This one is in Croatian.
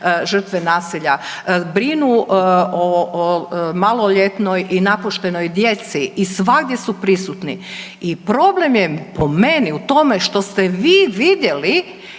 žrtve nasilja, brinu o maloljetnoj i napuštenoj djeci i svagdje su prisutni. I problem je po meni u tome što ste vi vidjeli